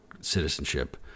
citizenship